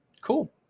cool